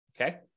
okay